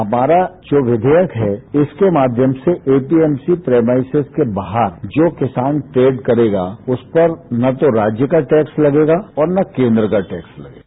हमारा जो विधेयक है इसके माध्यम से एपीएमसी प्रमाइसिस के बाहर जो किसान पेड करेगा उस पर न तो राज्य का टैक्स लगेगा और न केन्द्र का टैक्स लगेगा